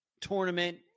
tournament